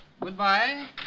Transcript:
Goodbye